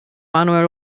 manuel